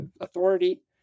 authority